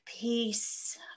peace